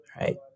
Right